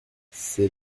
c’est